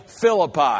Philippi